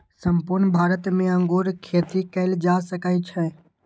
संपूर्ण भारत मे अंगूर खेती कैल जा सकै छै